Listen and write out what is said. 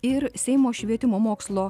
ir seimo švietimo mokslo